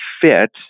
fit